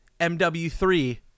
MW3